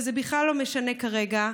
וזה בכלל לא משנה כרגע,